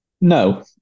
No